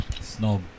snob